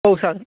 औ सार